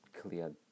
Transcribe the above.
clear